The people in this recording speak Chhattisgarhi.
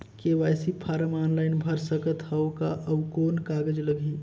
के.वाई.सी फारम ऑनलाइन भर सकत हवं का? अउ कौन कागज लगही?